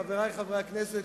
חברי חברי הכנסת,